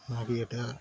না কি এটা